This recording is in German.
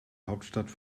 hauptstadt